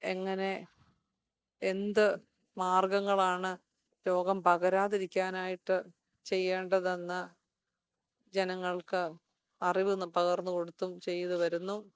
എങ്ങനെ എന്ത് മാർഗങ്ങളാണ് രോഗം പകരാതിരിക്കാനായിട്ട് ചെയ്യേണ്ടതെന്ന് ജനങ്ങൾക്ക് അറിവ് പകർന്നു കൊടുത്തും ചെയ്തു വരുന്നു